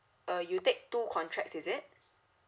uh you take two contracts is it